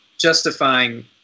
justifying